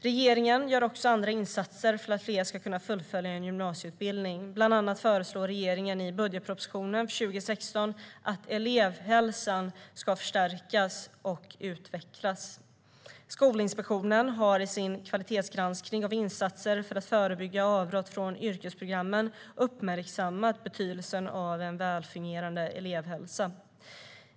Regeringen gör också andra insatser för att fler ska kunna fullfölja en gymnasieutbildning. Bland annat föreslår regeringen i budgetpropositionen för 2016 att elevhälsan ska förstärkas och utvecklas. Skolinspektionen har i sin kvalitetsgranskning av insatser för att förebygga avbrott från yrkesprogrammen uppmärksammat betydelsen av en väl fungerande elevhälsa.